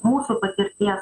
mūsų patirties